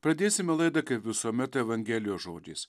pradėsime laidą kaip visuomet evangelijos žodžiais